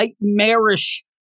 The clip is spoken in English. nightmarish